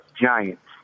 Giants